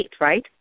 right